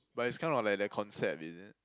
but it's kind of like that concept isn't it